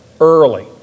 early